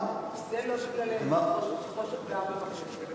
זה לא בגללנו שחושך ב-16:30.